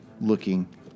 looking